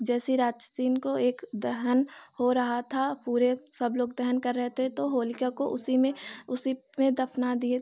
जैसी राक्षसी को एक दहन हो रहा था पूरे सब लोग दहन कर रहे थे तो होलिका को उसी में उसी में दफ़ना दिए